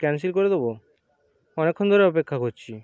cancel করে দেবো অনেকক্ষণ ধরে অপেক্ষা করছি